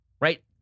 Right